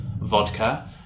vodka